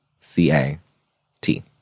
C-A-T